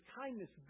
kindness